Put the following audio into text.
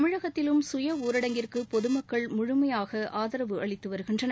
தமிழகத்திலும் சுயஊரடங்கிற்கு பொதுமக்கள் முழுமையாக ஆதரவு அளித்து வருகின்றனர்